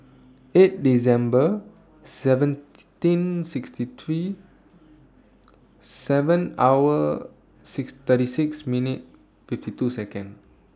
eight December seventeen sixty three seven hour six thirty six minute fifty two Second